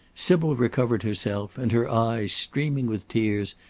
sybil recovered herself, and, her eyes streaming with tears,